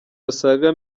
basaga